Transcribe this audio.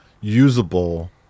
usable